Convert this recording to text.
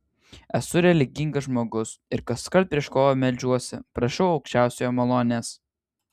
esu religingas žmogus ir kaskart prieš kovą meldžiuosi prašau aukščiausiojo malonės